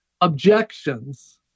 objections